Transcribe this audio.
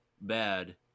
bad